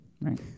right